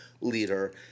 leader